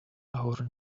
our